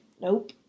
Nope